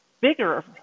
bigger